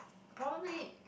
probably